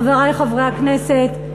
חברי חברי הכנסת,